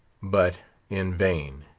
but in vain.